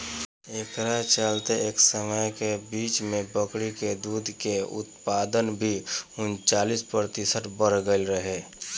एकरा चलते एह समय के बीच में बकरी के दूध के उत्पादन भी उनचालीस प्रतिशत बड़ गईल रहे